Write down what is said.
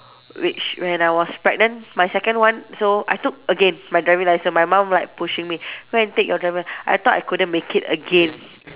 which when I was pregnant my second one so I took again my driving licence my mum like pushing me go and take your driving I thought I couldn't make it again